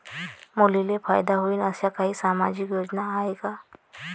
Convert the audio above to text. मुलींले फायदा होईन अशा काही सामाजिक योजना हाय का?